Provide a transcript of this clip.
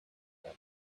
them